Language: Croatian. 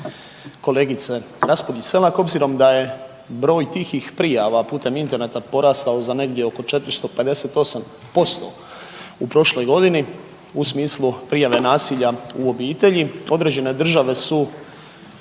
kolegice Raspudić Selak obzirom da je broj tihih prijava putem interneta porastao za negdje oko 458% u prošloj godini u smislu prijave nasilja u obitelji određene države su